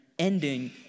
ending